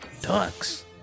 Ducks